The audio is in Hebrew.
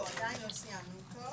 לא, עדיין לא סיימנו אותו,